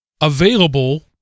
available